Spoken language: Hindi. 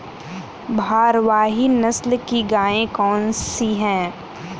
भारवाही नस्ल की गायें कौन सी हैं?